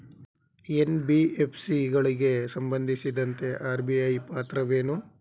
NBFC ಗಳಿಗೆ ಸಂಬಂಧಿಸಿದಂತೆ RBI ಪಾತ್ರವೇನು?